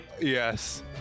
Yes